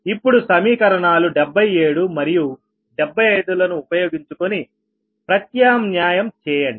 ఇప్పుడు సమీకరణాలు 77 మరియు 75 లను ఉపయోగించుకుని ప్రత్యామ్న్యాయం చేయండి